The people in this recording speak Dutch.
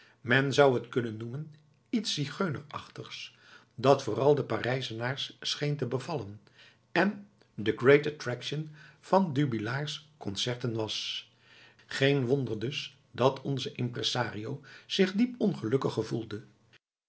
men zou t kunnen noemen iets zigeunerachtigs dat vooral den parijzenaars scheen te bevallen en the great attraction van dubillard's concerten was geen wonder dus dat onze impressario zich diep ongelukkig gevoelde